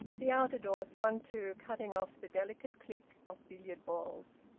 the outer door swung to, cutting off the delicate click of billiard balls.